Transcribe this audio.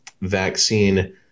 vaccine